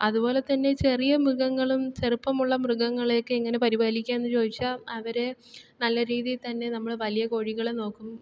അതുപോലെത്തന്നെ ചെറിയ മൃഗങ്ങളും ചെറുപ്പമുള്ള മൃഗങ്ങളെയൊക്കെ എങ്ങനെ പരിപാലിക്കുക എന്ന് ചോദിച്ചാൽ അവരെ നല്ല രീതിയിൽ തന്നെ നമ്മൾ വലിയ കോഴികളെ നോക്കും